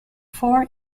four